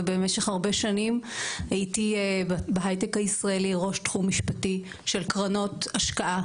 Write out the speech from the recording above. ובמשך הרבה שנים הייתי בהייטק הישראלי ראש תחום משפטי של קרנות השקעה,